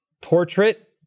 portrait